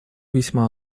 весьма